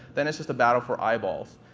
then it's just a battle for eyeballs.